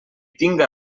tinga